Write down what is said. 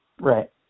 Right